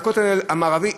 לכותל המערבי,